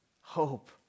hope